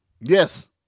Yes